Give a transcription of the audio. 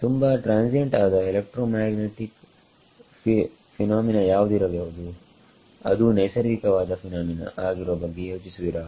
ತುಂಬಾ ಟ್ರಾನ್ಸಿಯೆಂಟ್ ಆದ electromagnetic phenomena ಯಾವುದಿರಬಹುದು ಅದೂ ನೈಸರ್ಗಿಕ ವಾದ ಫಿನಾಮಿನಾ ಆಗಿರುವ ಬಗ್ಗೆ ಯೋಚಿಸುವಿರಾ